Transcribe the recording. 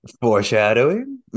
Foreshadowing